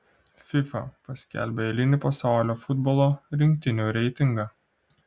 fifa paskelbė eilinį pasaulio futbolo rinktinių reitingą